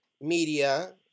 Media